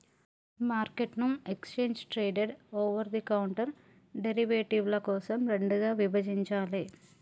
మార్కెట్ను exchange traded, over the counter డెరివేటివ్ల కోసం రెండుగా విభజించాలే